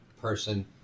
person